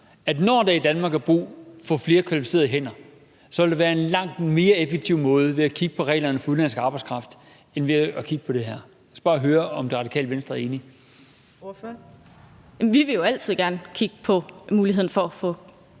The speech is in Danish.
at når der i Danmark er brug for flere kvalificerede hænder, ville det være en langt mere effektiv måde at kigge på reglerne for udenlandsk arbejdskraft end at kigge på det her. Jeg skal bare høre, om Det Radikale Venstre er enige. Kl. 18:40 Fjerde næstformand